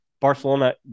Barcelona